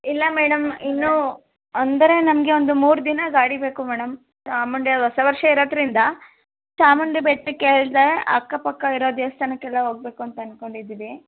ಇಲ್ಲ ಮೇಡಮ್ ಇನ್ನೂ ಅಂದರೆ ನಮಗೆ ಒಂದು ಮೂರು ದಿನ ಗಾಡಿ ಬೇಕು ಮೇಡಮ್ ಮುಂದೆ ಹೊಸ ವರ್ಷ ಇರೋದರಿಂದ ಚಾಮುಂಡಿ ಬೆಟ್ಟಕ್ಕೆ ಅಲ್ಲದೇ ಅಕ್ಕಪಕ್ಕ ಇರೋ ದೇವಸ್ಥಾನಕ್ಕೆಲ್ಲ ಹೋಗಬೇಕು ಅಂತ ಅಂದ್ಕೊಂಡಿದೀವಿ